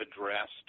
addressed